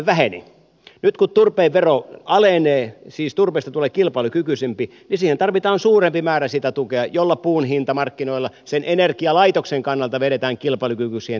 nyt kun turpeen vero alenee siis turpeesta tulee kilpailukykyisempi niin siihen tarvitaan suurempi määrä sitä tukea jolla puun hinta markkinoilla sen energialaitoksen kannalta vedetään kilpailukykyiseksi siihen turpeeseen nähden